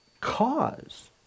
cause